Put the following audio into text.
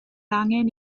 angen